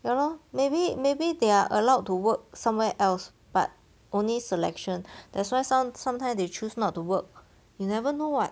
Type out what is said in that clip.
ya lor maybe maybe they are allowed to work somewhere else but only selection that's why some sometimes they choose not to work you never know [what]